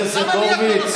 מכיסך תשלמי.